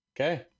Okay